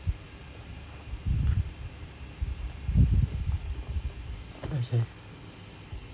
okay